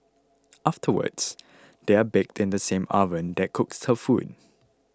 afterwards they are baked in the same oven that cooks her food